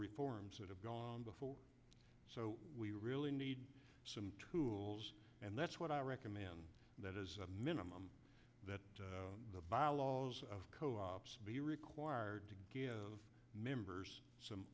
reforms that have gone before so we really need some tools and that's what i recommend that is a minimum that the bylaws of co ops be required to give members some